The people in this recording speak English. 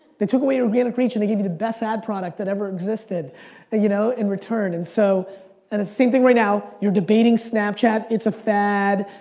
they took away your organic reach and they give you the best ad product that ever existed ah you know in return. and so and same thing right now, you're debating snapchat. it's a fad,